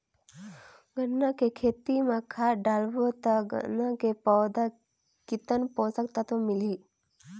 गन्ना के खेती मां खाद डालबो ता गन्ना के पौधा कितन पोषक तत्व मिलही?